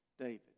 David